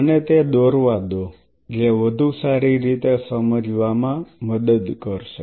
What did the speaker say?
મને તે દોરવા દો જે વધુ સારી રીતે સમજવામાં મદદ કરશે